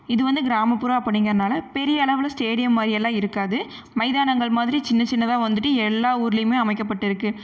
இது வந்து கிராமப்புறம் அப்படிங்கிறனால பெரிய அளவில் ஸ்டேடியம் மாதிரி எல்லாம் இருக்காது மைதானங்கள் மாதிரி சின்ன சின்னதாக வந்துட்டு எல்லா ஊரிலியுமே அமைக்கப்பட்டு இருக்குது